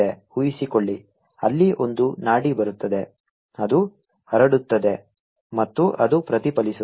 ಊಹಿಸಿಕೊಳ್ಳಿ ಅಲ್ಲಿ ಒಂದು ನಾಡಿ ಬರುತ್ತದೆ ಅದು ಹರಡುತ್ತದೆ ಮತ್ತು ಅದು ಪ್ರತಿಫಲಿಸುತ್ತದೆ